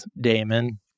damon